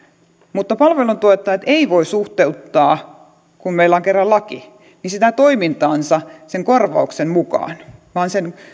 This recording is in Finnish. mutta palveluntuottajat eivät voi suhteuttaa kun meillä on kerran laki sitä toimintaansa sen korvauksen mukaan vaan sen